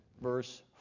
verse